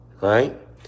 right